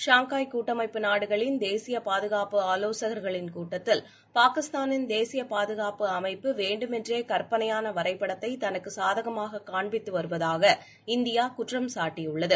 Shanghai கூட்டமைப்பு நாடுகளின் தேசிய பாதுகாப்பு ஆலோசகர்களின் கூட்டத்தில பாகிஸ்தானின் தேசிய பாதுகாப்பு அமைப்பு வேண்டு மென்றே கற்பனையான வரைபடத்தை தனக்கு சாதகமாக காண்பித்து வருவதாக இந்தியா குற்றம் சாட்டியுள்ளது